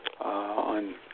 on